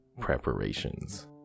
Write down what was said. preparations